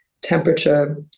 temperature